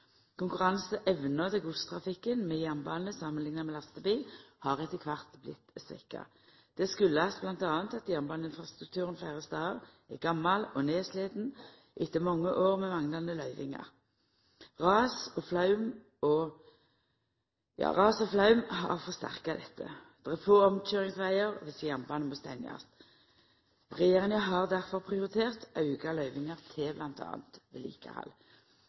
Konkurranseevna til godstrafikken med jernbane samanlikna med lastebil har etter kvart vorte svekt. Dette kjem bl.a. av at jernbaneinfrastrukturen fleire stader er gammal og nedsliten etter mange år med manglande løyvingar. Ras og flaum har forsterka dette. Det er få omkøyringsvegar dersom jernbanen må stengjast. Regjeringa har difor prioritert auka løyvingar til